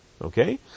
Okay